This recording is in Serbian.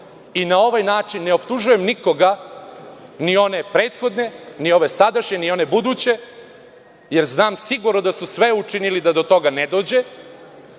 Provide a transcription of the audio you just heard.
i na ovaj način ne optužujem nikoga, ni one prethodne, ni ove sadašnje, ni one buduće, jer znam sigurno da su sve učinili da do toga ne dođe,